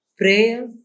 prayer